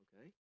okay